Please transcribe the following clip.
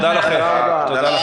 תודה לכם.